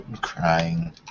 crying